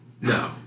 No